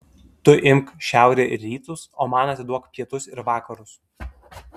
tu imk šiaurę ir rytus o man atiduok pietus ir vakarus